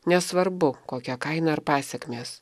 nesvarbu kokia kaina ar pasekmės